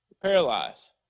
Paralyzed